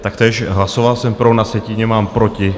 Taktéž, hlasoval jsem pro, na sjetině mám proti.